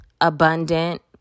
abundant